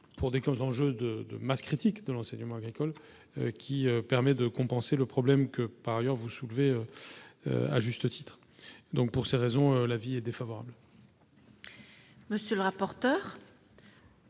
pour des cons, enjeux de de masse critique de l'enseignement agricole qui permet de compenser le problème que par ailleurs vous soulevez à juste titre, donc, pour ces raisons, l'avis est défavorable. Monsieur le rapporteur.